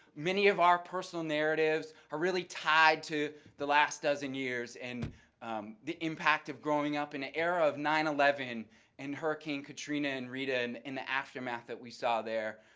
many of our personal narratives are really tied to the last dozen years and the impact of growing up in an era of nine eleven and hurricane katrina and rita um and the aftermath that we saw there.